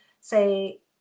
say